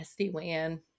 SD-WAN